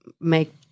make